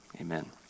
amen